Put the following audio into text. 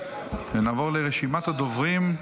נעבור לרשימת הדוברים.